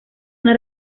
una